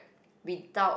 without